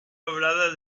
poblado